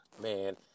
Man